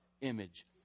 image